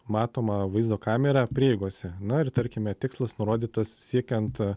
matoma vaizdo kamera prieigose na ir tarkime tikslas nurodytas siekiant